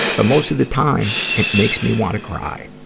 but most of the time, it makes me wanna cry.